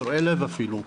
קורעי לב אפילו,